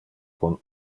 con